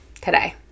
today